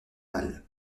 mal